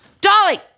Dolly